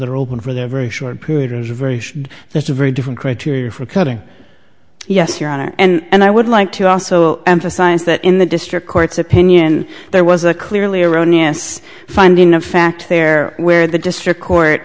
that are open for their very short period is very that's a very different criteria for cutting yes your honor and i would like to also emphasize that in the district court's opinion there was a clearly erroneous finding of fact there where the district court